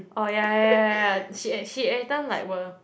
oh ya ya ya ya ya she eh she every time like will